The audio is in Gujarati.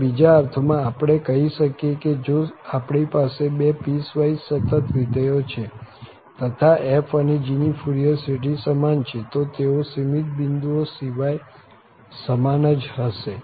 અથવા બીજા અર્થ માં આપણે કહી શકીએ કે જો આપણી પાસે બે પીસવાઈસ સતત વિધેયો છે તથા f અને g ની ફુરિયર શ્રેઢી સમાન છે તો તેઓ સીમિત બિંદુઓ સિવાય સમાન જ હશે